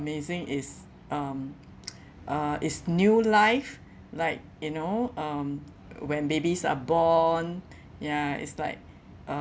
amazing is um uh is new life like you know um when babies are born ya it's like uh